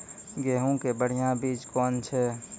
गेहूँ के बढ़िया बीज कौन छ?